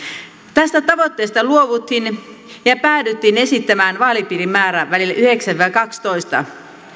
tästä tavoitteesta luovuttiin ja päädyttiin esittämään vaalipiirimäärä välille yhdeksän viiva kaksitoista